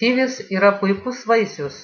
kivis yra puikus vaisius